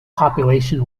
population